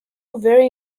very